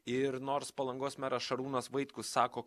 ir nors palangos meras šarūnas vaitkus sako